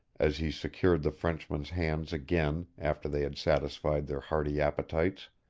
as he secured the frenchman's hands again after they had satisfied their hearty appetites,